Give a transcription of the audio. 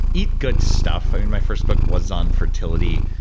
eat good stuff. and my first book was on fertility.